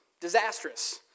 disastrous